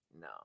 No